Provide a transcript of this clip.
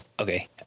okay